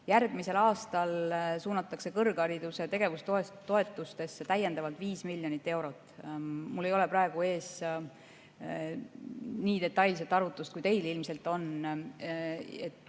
Järgmisel aastal suunatakse kõrghariduse tegevustoetuseks täiendavalt 5 miljonit eurot. Mul ei ole praegu ees nii detailset arvutust, kui teil ilmselt on,